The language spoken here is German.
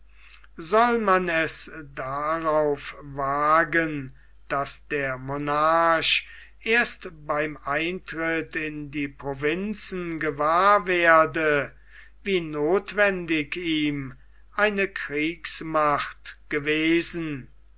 soll man es darauf wagen daß der monarch erst beim eintritt in die provinzen gewahr werde wie nothwendig ihm eine kriegsmacht gewesen